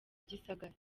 gisagara